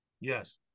yes